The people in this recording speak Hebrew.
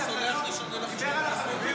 אתה יכול --- דיבר על החטופים